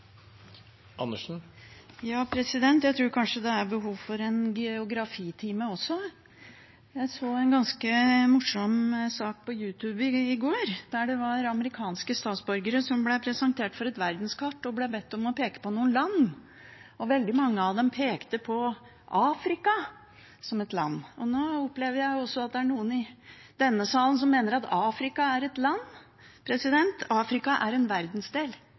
behov for en geografitime også. Jeg så en ganske morsom sak på YouTube i går, der amerikanske statsborgere ble presentert for et verdenskart og bedt om å peke på noen land. Veldig mange av dem pekte på Afrika som et land. Nå opplever jeg også at det er noen i denne salen som mener at Afrika er et land. Afrika er en verdensdel,